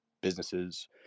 businesses